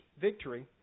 victory